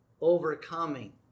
overcoming